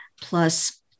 plus